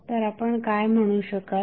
तर आपण काय म्हणू शकाल